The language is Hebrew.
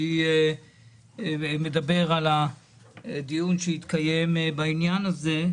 אני מדבר על הדיון שהתקיים בעניין הזה,